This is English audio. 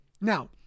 now